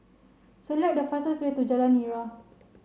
select the fastest way to Jalan Nira